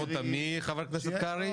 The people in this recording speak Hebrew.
חבר הכנסת קרעי, מי יצר אותם?